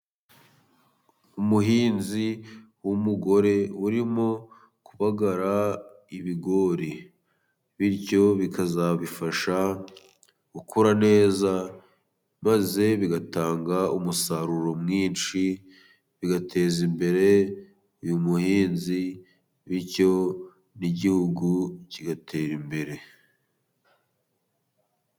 Umuhinzi w'umugore urimo kubagara ibigori, bityo bikazabifasha gukura neza maze bigatanga umusaruro mwinshi, bigateza imbere uyu muhinzi bityo n'igihugu kigatera imbere.